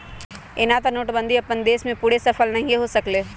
एना तऽ नोटबन्दि अप्पन उद्देश्य में पूरे सूफल नहीए हो सकलै